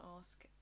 ask